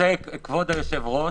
רוצה כבוד היושב-ראש-